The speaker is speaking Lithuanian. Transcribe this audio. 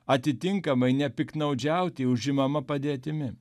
atitinkamai nepiktnaudžiauti užimama padėtimi